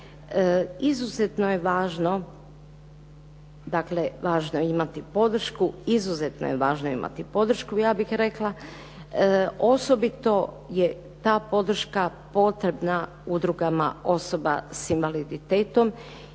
izuzetno je važno imati podršku, ja bih rekla, osobito je ta podrška potrebna udrugama osoba s invaliditetom